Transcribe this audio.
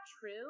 true